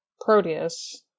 Proteus